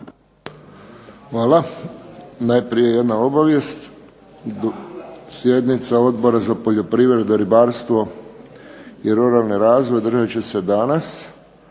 Hvala. Najprije jedna obavijest. Sjednica Odbora za poljoprivredu, ribarstvo i ruralni razvoj održat će se danas